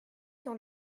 dans